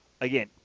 again